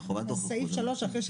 חובת